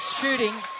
shooting